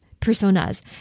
personas